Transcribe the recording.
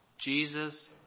Jesus